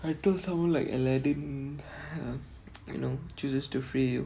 I told someone like aladdin you know chooses to free you